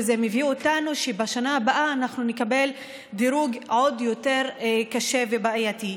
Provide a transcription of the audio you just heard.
וזה מביא אותנו לכך שבשנה הבאה אנחנו נקבל דירוג עוד יותר קשה ובעייתי.